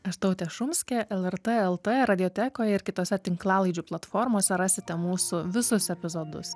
aš tautė šumskė lrt lt radiotekoje ir kitose tinklalaidžių platformose rasite mūsų visus epizodus